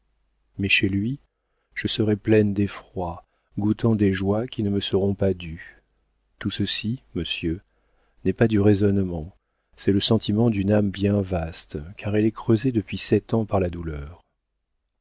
mais chez lui je serai pleine d'effroi goûtant des joies qui ne me seront pas dues tout ceci monsieur n'est pas du raisonnement c'est le sentiment d'une âme bien vaste car elle est creusée depuis sept ans par la douleur